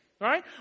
right